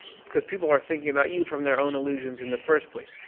because people are thinking about you from their own illusions in the first place.